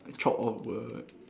chopped off